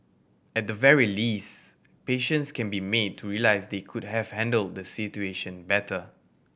at the very least patients can be made to realise they could have handled the situation better